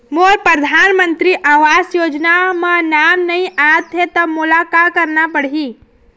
मोर परधानमंतरी आवास योजना म नाम नई आत हे त मोला का करना पड़ही?